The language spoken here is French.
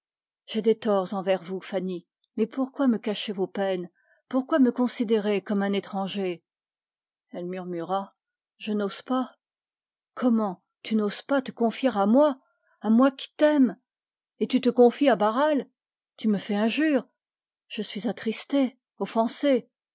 j'ai des torts envers vous mon amie mais pourquoi me cacher vos peines pourquoi me considérer comme un étranger elle murmura je n'ose pas tu n'oses pas te confier à moi à moi qui t'aime et tu te confies à barral tu me fais injure